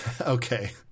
Okay